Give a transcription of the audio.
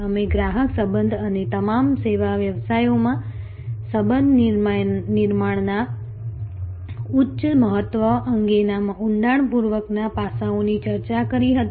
અમે ગ્રાહક સંબંધ અને તમામ સેવા વ્યવસાયોમાં સંબંધ નિર્માણના ઉચ્ચ મહત્વ અંગેના ઊંડાણપૂર્વકના પાસાઓની ચર્ચા કરી હતી